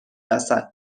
وسط